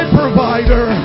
provider